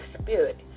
spirit